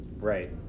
right